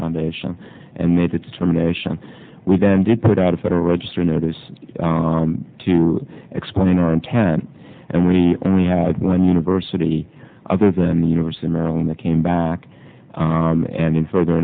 foundation and made a determination we then did put out a federal register notice to explain our intent and we only had one university other than the university of maryland that came back and in further